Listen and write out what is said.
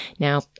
Now